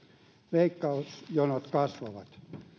leikkausjonot kasvavat